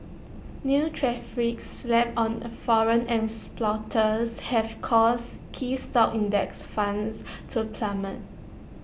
new tariffs slapped on foreign exporters have caused key stock index funds to plummet